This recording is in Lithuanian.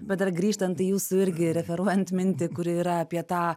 bet dar grįžtant į jūsų irgi referuojant mintį kuri yra apie tą